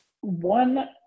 One